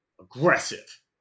aggressive